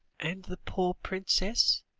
and the poor princess?